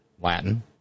Latin